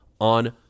on